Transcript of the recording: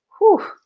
Whew